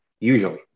usually